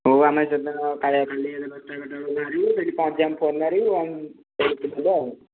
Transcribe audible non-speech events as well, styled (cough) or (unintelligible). ହଉ ଆମେ ସେ ଦିନ (unintelligible) କାଲି ଦଶଟା ଏଗାରଟା ବେଳକୁ ବାହାରିବୁ ସେଠି ପହଞ୍ଚି ଫୋନ୍ ମାରିବୁ ଆମ (unintelligible) ଯିବା ଆଉ